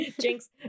jinx